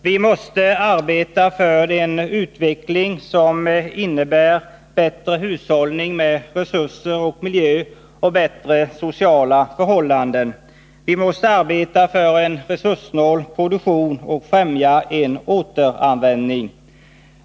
Vi måste arbeta för den utveckling som innebär bättre hushållning med resurser och miljö och bättre sociala förhållanden. Vi måste arbeta för en resurssnål produktion och främja en återanvändning.